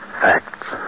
facts